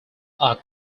are